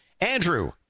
Andrew